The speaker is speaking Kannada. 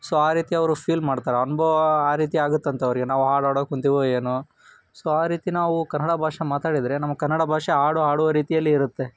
ಸೊ ಆ ರೀತಿ ಅವರು ಫೀಲ್ ಮಾಡ್ತಾರೆ ಅನುಭವ ಆ ರೀತಿ ಆಗುತ್ತಂತೆ ಅವರಿಗೆ ನಾವು ಹಾಡು ಹಾಡಕ್ಕೆ ಕುಳ್ತೀವೋ ಏನೋ ಸೊ ಆ ರೀತಿ ನಾವು ಕನ್ನಡ ಭಾಷೆ ಮಾತಾಡಿದರೆ ನಮ್ಮ ಕನ್ನಡ ಭಾಷೆ ಹಾಡು ಹಾಡೋ ರೀತಿಯಲ್ಲಿ ಇರುತ್ತೆ